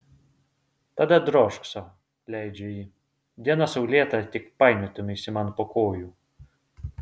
tada drožk sau leidžia ji diena saulėta tik painiotumeisi man po kojų